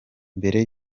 mbere